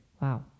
Wow